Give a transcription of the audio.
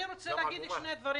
אני רוצה להגיד שני דברים.